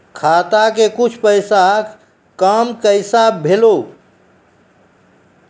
खाता के कुछ पैसा काम कैसा भेलौ?